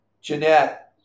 Jeanette